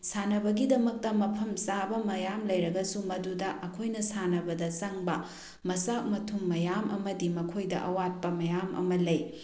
ꯁꯥꯟꯅꯕꯒꯤꯗꯃꯛꯇ ꯃꯐꯝ ꯆꯥꯕ ꯃꯌꯥꯝ ꯂꯩꯔꯒꯁꯨ ꯃꯗꯨꯗ ꯑꯩꯈꯣꯏꯅ ꯁꯥꯟꯅꯕꯗ ꯆꯪꯕ ꯃꯆꯥꯛ ꯃꯊꯨꯝ ꯃꯌꯥꯝ ꯑꯃꯗꯤ ꯃꯈꯣꯏꯗ ꯑꯋꯥꯠꯄ ꯃꯌꯥꯝ ꯑꯃ ꯂꯩ